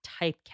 typecast